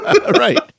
right